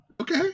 Okay